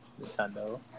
Nintendo